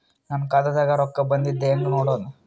ನನ್ನ ಖಾತಾದಾಗ ರೊಕ್ಕ ಬಂದಿದ್ದ ಹೆಂಗ್ ನೋಡದು?